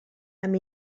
amb